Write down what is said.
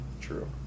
true